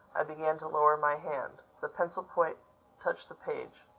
i began to lower my hand. the pencil-point touched the page.